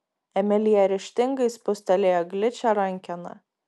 emilija ryžtingai spustelėjo gličią rankeną